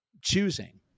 choosing